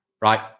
right